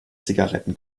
zigaretten